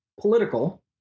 political